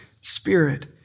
spirit